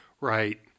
Right